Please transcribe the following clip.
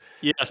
Yes